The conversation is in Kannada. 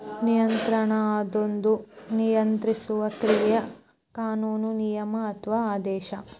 ನಿಯಂತ್ರಣ ಅದೊಂದ ನಿಯಂತ್ರಿಸುವ ಕ್ರಿಯೆ ಕಾನೂನು ನಿಯಮ ಅಥವಾ ಆದೇಶ